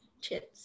chips